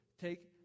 Take